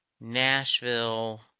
Nashville